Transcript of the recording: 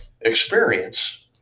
experience